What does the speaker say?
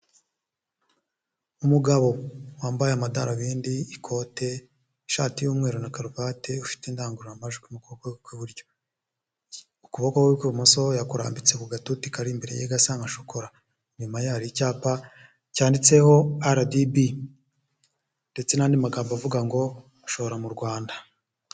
Umugabo wambaye amadarubindi, ikote, ishati y'umweru na karuvati ufite indangururamajwi mu kuboko kwe kw'iburyo, ukuboko kw'ibumoso yakurambitse ku gatuti kari imbere ye gasa nka shokora, inyuma ye hari icyapa cyanditseho RDB ndetse n'andi magambo avuga ngo shora mu Rwanda.